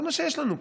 זה מה שיש לנו פה.